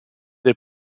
der